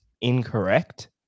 incorrect